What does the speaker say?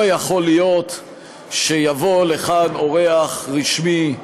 לא יכול להיות שיבוא לכאן אורח רשמי,